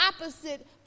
opposite